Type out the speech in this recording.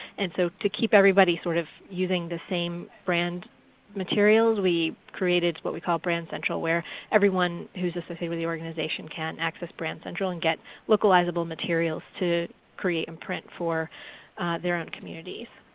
and so to keep everybody sort of using the same brand materials we created what we call brand central where everyone who's associated with the organization can access brand central and get localizable materials to create and print for their own communities.